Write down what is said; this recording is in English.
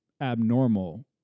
abnormal